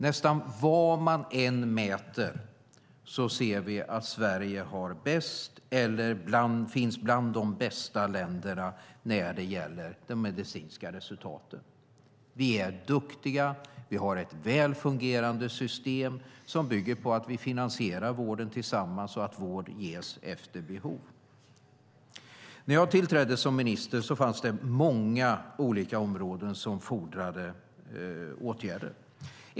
Nästan vad man än mäter ser vi att Sverige är bäst eller finns bland de bästa länderna när det gäller de medicinska resultaten. Vi är duktiga. Vi har ett väl fungerande system som bygger på att vi finansierar vården tillsammans och att vård ges efter behov. När jag tillträdde som minister fanns det många olika områden som fordrade åtgärder.